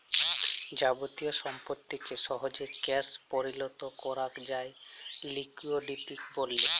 যাবতীয় সম্পত্তিকে সহজে ক্যাশ পরিলত করাক যায় লিকুইডিটি ব্যলে